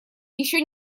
еще